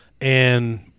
and-